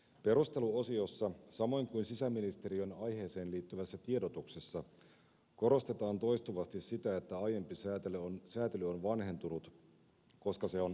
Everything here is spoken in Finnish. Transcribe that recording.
perusteluosiossa samoin kuin sisäministeriön aiheeseen liittyvässä tiedotuksessa korostetaan toistuvasti sitä että aiempi säätely on vanhentunut koska se on tsaarin aikainen